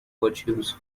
virtues